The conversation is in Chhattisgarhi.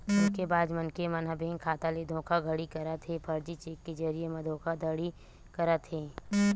धोखेबाज मनखे मन ह बेंक खाता ले धोखाघड़ी करत हे, फरजी चेक के जरिए म धोखाघड़ी करत हे